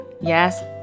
Yes